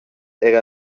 era